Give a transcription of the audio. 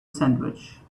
sandwich